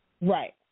Right